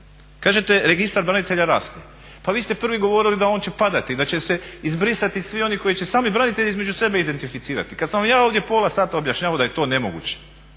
Kažete Registar branitelja raste, pa vi ste prvi govorili da će on padati, da će se izbrisati svi oni koji sami branitelji između sebe identificirati. Kada sam vam ja ovdje pola sata objašnjavao da je to nemoguće